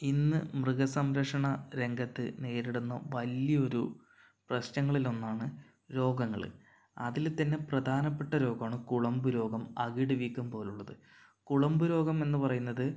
ഇന്ന് മൃഗ സംരക്ഷണ രംഗത്ത് നേരിടുന്ന വല്യൊരു പ്രശ്നനങ്ങളിലൊന്നാണ് രോഗങ്ങൾ അതിൽ തന്നെ പ്രധാനപ്പെട്ട രോഗമാണ് കുളമ്പ് രോഗം അകിടുവീക്കം പോലുള്ളത് കുളമ്പ് രോഗം എന്നു പറയുന്നത്